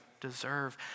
deserve